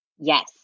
Yes